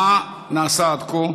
1. מה נעשה עד כה?